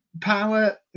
power